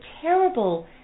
terrible